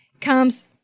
comes